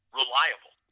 reliable